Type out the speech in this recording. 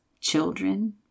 children